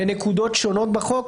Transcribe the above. לנקודות שונות בחוק,